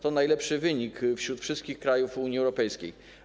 To najlepszy wynik wśród wszystkich krajów Unii Europejskiej.